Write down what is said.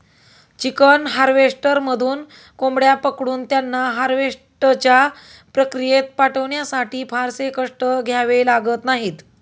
chicken हार्वेस्टरमधून कोंबड्या पकडून त्यांना हार्वेस्टच्या प्रक्रियेत पाठवण्यासाठी फारसे कष्ट घ्यावे लागत नाहीत